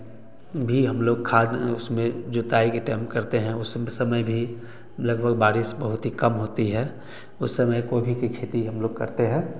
भी हम लोग खाद उसमें जोताई के टाइम करते हैं उस समय भी लगभग बारिश बहुत ही कम होती है उस समय गोभी की खेती हम लोग करते हैं